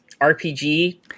RPG